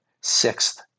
sixth